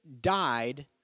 died